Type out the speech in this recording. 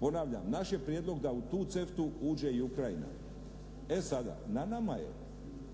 Ponavljam, naš je prijedlog da u tu CEFTA-u uđe i Ukrajina. E sada, na nama je